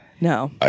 No